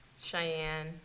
Cheyenne